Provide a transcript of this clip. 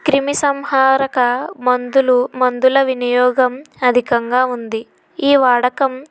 క్రిమిసంహారక మందులు మమందుల వినియోగం అధికంగా ఉంది ఈ వాడకం